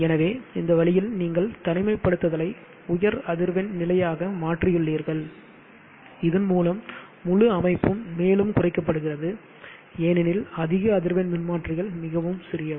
எனவே இந்த வழியில் நீங்கள் தனிமைப்படுத்தலை உயர் அதிர்வெண் நிலையாக மாற்றியுள்ளீர்கள் இதன் மூலம் முழு அமைப்பும் மேலும் குறைக்கப்படுகிறது ஏனெனில் அதிக அதிர்வெண் மின்மாற்றிகள் மிகவும் சிறியவை